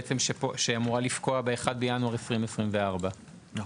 בעצם, שאמורה לפקוע באחד בינואר 2024. נכון.